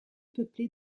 peuplé